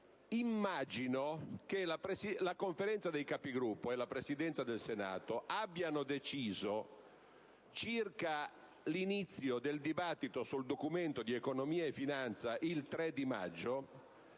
infatti, che la Conferenza dei Capigruppo e la Presidenza del Senato abbiano deciso circa l'inizio del dibattito sul Documento di economia e finanza il 3 maggio